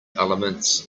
elements